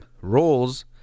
roles